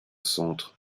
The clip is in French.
centre